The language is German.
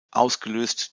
ausgelöst